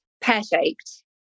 pear-shaped